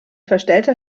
verstellter